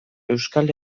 euskal